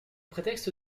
prétexte